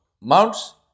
mounts